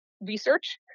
research